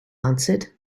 answered